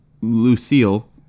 Lucille